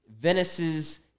Venice's